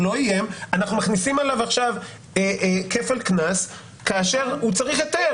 אנחנו מכניסים עליו עכשיו כפל קנס כאשר הוא צריך היתר.